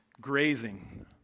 Grazing